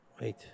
wait